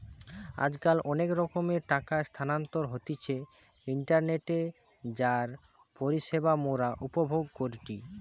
আজকাল অনেক রকমের টাকা স্থানান্তর হতিছে ইন্টারনেটে যার পরিষেবা মোরা উপভোগ করিটি